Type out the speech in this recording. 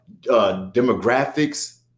demographics